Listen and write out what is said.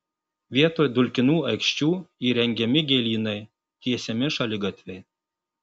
vietoj dulkinų aikščių įrengiami gėlynai tiesiami šaligatviai